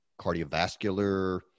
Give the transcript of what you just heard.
cardiovascular